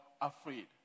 afraid